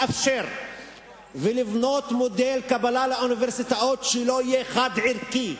לאפשר ולבנות מודל קבלה לאוניברסיטאות שלא יהיה חד-ערכי,